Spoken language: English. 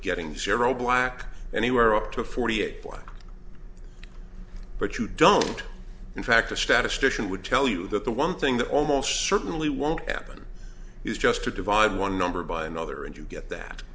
getting zero black anywhere up to forty eight black but you don't in fact a statistician would tell you that the one thing that almost certainly won't happen is just to divide one number by another and you get that